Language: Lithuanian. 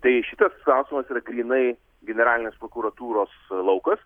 tai šitas klausimas yra grynai generalinės prokuratūros laukas